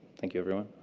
thank you, everyone.